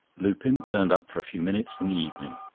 lupin turned up for a few minutes in the evening.